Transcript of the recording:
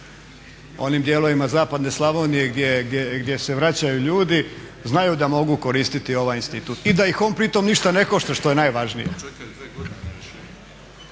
onim dijelovima zapadne Slavonije gdje se vraćaju ljudi znaju da mogu koristiti ovaj institut i da ih on pri tome ništa ne košta što je najvažnije.